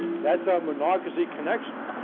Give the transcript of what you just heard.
that's our monocacy connection